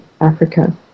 Africa